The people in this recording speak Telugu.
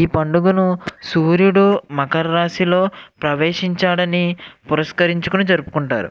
ఈ పండుగను సూర్యుడు మకర రాశిలో ప్రవేశించాడని పురస్కరించుకుని జరుపుకుంటారు